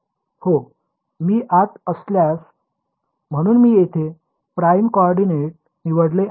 हो मी आत असल्यास म्हणून मी येथे प्राइम कोऑर्डिनेंट निवडले आहे